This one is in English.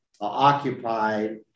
occupied